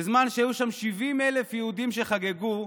בזמן שהיו שם 70,000 יהודים שחגגו,